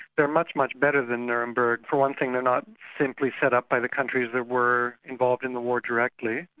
they're much, much better than nuremberg. for one thing, they're not simply set up by the countries that were involved in the war directly,